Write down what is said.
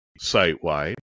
site-wide